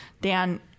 Dan